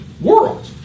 world